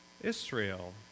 Israel